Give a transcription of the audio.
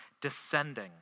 descending